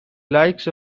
likes